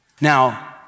Now